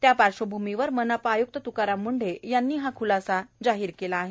त्या पार्श्वभूमीवर मनपा आय्क्त त्काराम मुंढे यांनी हा ख्लासा जाहीर केला आहे